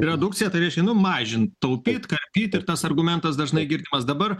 redukcija tai reiškia numažint taupyt karpyt ir tas argumentas dažnai girdimas dabar